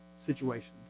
situations